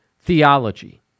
theology